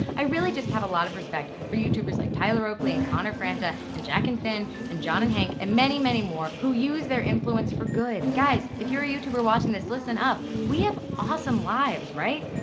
i really just have a lot of respect for youtubers like tyler oakley, connor franta, and jack and finn, and john and hank, and many many more, who use their influence for good. guys, if you're a youtuber watching this, listen up. we have awesome lives right?